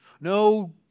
no